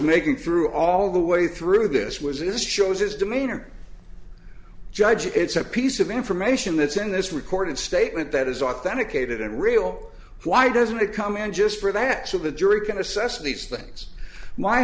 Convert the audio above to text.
making through all the way through this was this shows his demeanor judge it's a piece of information that's in this recorded statement that is authenticated and real why doesn't it come in just for the acts of the jury can assess these things my